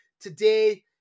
today